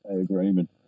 Agreement